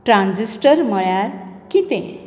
transistor म्हणल्यार कितें